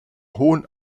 hohen